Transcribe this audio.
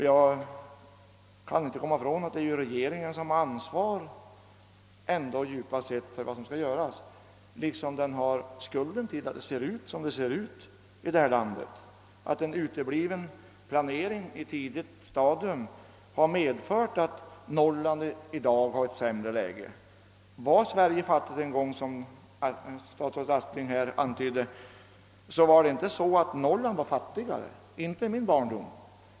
Jag kan inte komma ifrån den övertygelsen att det djupast sett är regeringen som har ansvaret för vad som skall göras, liksom den har skulden till att det ser ut som det gör i detta land — en utebliven planering: på ett tidigt stadium har medfört att Norrland i dag har ett sämre läge. Var Sverige fattigt en gång, som statsrådet Aspling nyss antydde, så var i varje fall Norrland inte fattigare i min barndom.